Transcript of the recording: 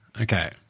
Okay